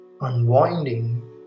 unwinding